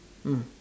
mm